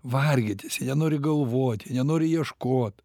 vargintis jie nori galvoti nenori ieškot